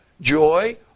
joy